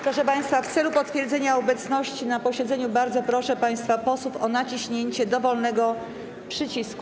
Proszę państwa, w celu potwierdzenia obecności na posiedzeniu bardzo proszę państwa posłów o naciśnięcie dowolnego przycisku.